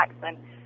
Jackson